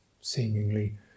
seemingly